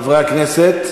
חברי הכנסת?